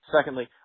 Secondly